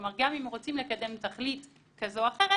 כלומר גם אם רוצים לקדם תכלית כזו או אחרת,